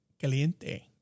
Caliente